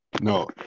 No